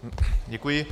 Děkuji.